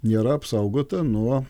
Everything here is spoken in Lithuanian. nėra apsaugota nuo